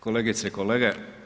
Kolegice i kolege.